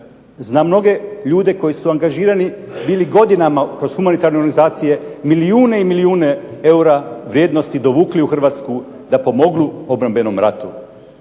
Znam mnoge ljude koji su angažirani bili godinama kroz humanitarne organizacije, milijune i milijune eura vrijednosti dovukli u Hrvatsku da pomognu obrambenom ratu.